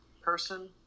person